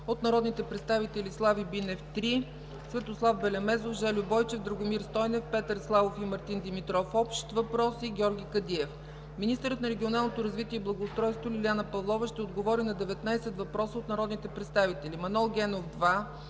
от народните представители Слави Бинев (три въпроса); Светослав Белемезов; Жельо Бойчев; Драгомир Стойнев; Петър Славов и Мартин Димитров – общ въпрос; и Георги Кадиев. 3. Министърът на регионалното развитие и благоустройството Лиляна Павлова ще отговори на 19 въпроса от народните представители